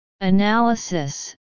Analysis